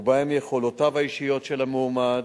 ובהן יכולותיו האישיות של המועמד,